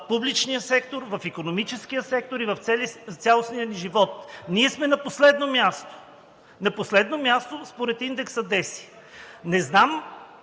публичния сектор, в икономическия сектор и в цялостния ни живот. Ние сме на последно място според индекса DESI. Не знам